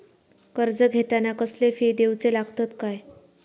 कर्ज घेताना कसले फी दिऊचे लागतत काय?